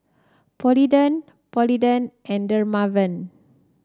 Polident Polident and Dermaveen